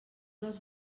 dels